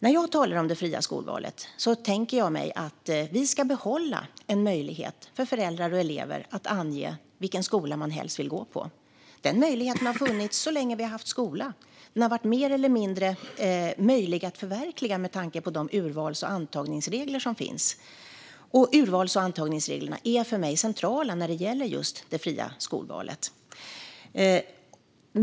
När jag talar om det fria skolvalet tänker jag att vi ska behålla en möjlighet för föräldrar och elever att ange vilken skola man helst vill gå på. Den möjligheten har funnits så länge vi har haft skola. Den har varit mer eller mindre möjlig att förverkliga med tanke på de urvals och antagningsregler som finns. Och urvals och antagningsreglerna är för mig centrala när det gäller just det fria skolvalet.